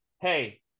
Hey